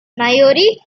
maori